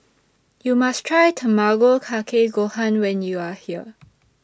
YOU must Try Tamago Kake Gohan when YOU Are here